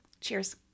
Cheers